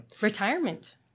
Retirement